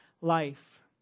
life